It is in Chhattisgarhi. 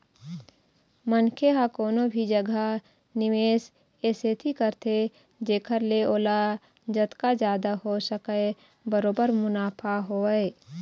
मनखे ह कोनो भी जघा निवेस ए सेती करथे जेखर ले ओला जतका जादा हो सकय बरोबर मुनाफा होवय